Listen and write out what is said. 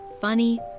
funny